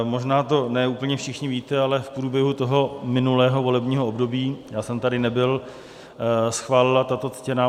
Možná to ne úplně všichni víte, ale v průběhu minulého volebního období, já jsem tady nebyl, schválila tato ctěná